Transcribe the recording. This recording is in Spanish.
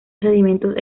sedimentos